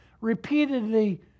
repeatedly